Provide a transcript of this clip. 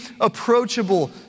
approachable